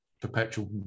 perpetual